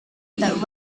that